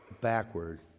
backward